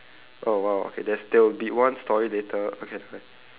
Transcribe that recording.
oh !wow! okay that's there will be one story later okay never mind